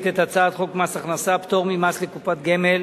את הצעת חוק מס הכנסה (פטור ממס לקופות גמל